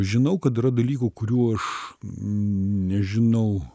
žinau kad yra dalykų kurių aš nežinau